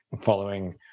following